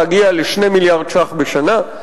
להגיע ל-2 מיליארד שקלים בשנה.